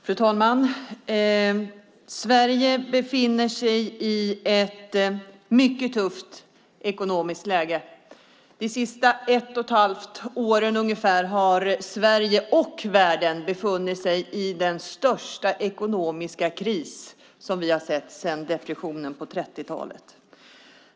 Fru talman! Sverige befinner sig i ett mycket tufft ekonomiskt läge. De senaste ett och ett halvt åren har Sverige och världen befunnit sig i den största ekonomiska kris som vi har sett sedan depressionen på 30-talet.